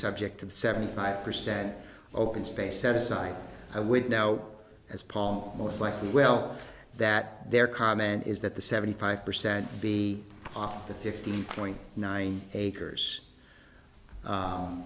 subject to the seventy five percent open space set aside i would now as paul most likely well that there comment is that the seventy five percent be off the fifteen point nine acres